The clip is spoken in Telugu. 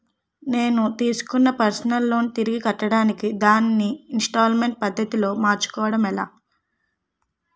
నేను తిస్కున్న పర్సనల్ లోన్ తిరిగి కట్టడానికి దానిని ఇంస్తాల్మేంట్ పద్ధతి లో మార్చుకోవడం ఎలా?